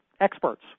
experts